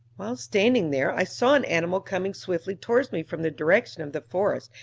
while standing there, i saw an animal coming swiftly towards me from the direction of the forest,